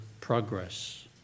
progress